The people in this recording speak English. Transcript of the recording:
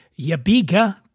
Yabiga